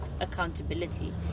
accountability